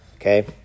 okay